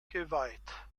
geweiht